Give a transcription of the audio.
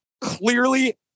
clearly